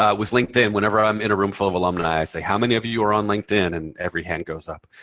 ah with linkedin, whenever i'm in a room full of alumni, i say, how many of you are on linkedin? and every hand goes up.